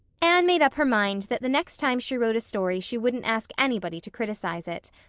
anne made up her mind that the next time she wrote a story she wouldn't ask anybody to criticize it.